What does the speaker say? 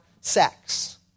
sex